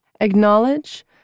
Acknowledge